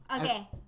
okay